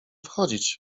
wchodzić